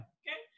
okay